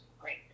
great